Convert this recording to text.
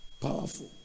Powerful